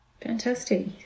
Fantastic